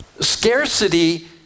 Scarcity